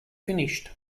finished